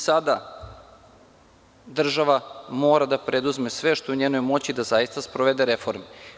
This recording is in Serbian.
Sada država mora da preduzme sve što je u njenoj moći da zaista sprovede reforme.